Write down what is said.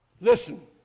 Listen